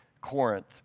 Corinth